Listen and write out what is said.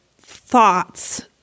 thoughts